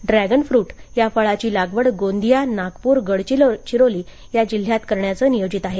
dragon fruit या फळाची लागवड गोंदिया नागपूर गडचिरोली या जिल्ह्यात करण्याचं नियोजित आहे